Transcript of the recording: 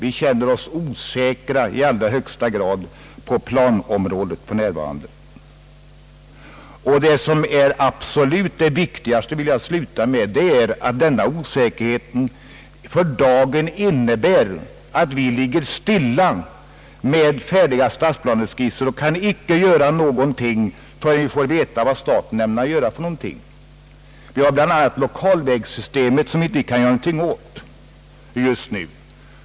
Vi känner oss för närvarande i allra högsta grad osäkra på planområdet, och det som är absolut viktigast är att denna osäkerhet för dagen innebär att vi ligger stilla med färdiga stadsplaneskisser och inte kan göra någonting förrän vi får veta vad staten ämnar göra. Vi har bl.a. lokal vägsystemet, som vi inte kan göra någonting åt just nu.